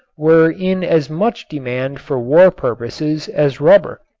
were in as much demand for war purposes as rubber.